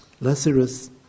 Lazarus